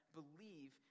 believe